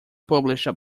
published